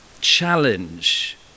challenge